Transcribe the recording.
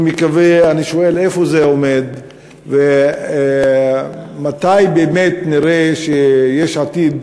אני שואל איפה זה עומד ומתי באמת נראה שיש עתיד